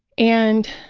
and,